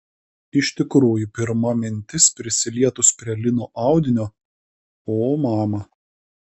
iš tikrųjų pirma mintis prisilietus prie lino audinio o mama